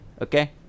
Okay